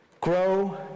grow